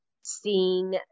seeing